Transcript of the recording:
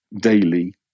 daily